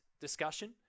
discussion